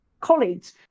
colleagues